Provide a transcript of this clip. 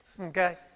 okay